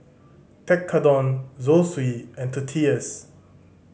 Tekkadon Zosui and Tortillas